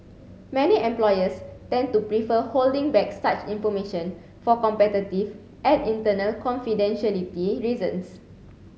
many employers tend to prefer holding back such information for competitive and internal confidentiality reasons